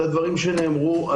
לדברים שנאמרו,